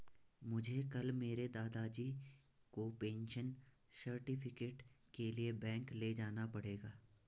मुझे कल मेरे दादाजी को पेंशन सर्टिफिकेट के लिए बैंक ले जाना पड़ेगा